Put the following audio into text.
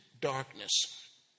darkness